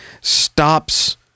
stops